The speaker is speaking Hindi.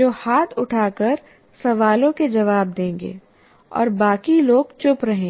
जो हाथ उठाकर सवालों के जवाब देंगे और बाकी लोग चुप रहेंगे